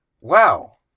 Wow